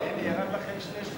אבל רק לסגור את הפער בקצב הזה,